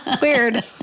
weird